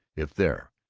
if there,